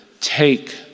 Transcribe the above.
take